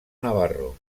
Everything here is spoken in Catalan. navarro